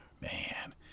man